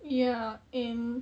ya in